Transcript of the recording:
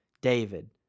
David